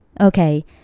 Okay